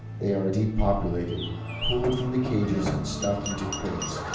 they are depopulated pulled from the cages and stuffed into crates,